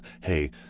hey